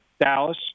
Dallas